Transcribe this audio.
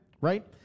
Right